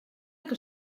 que